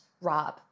Rob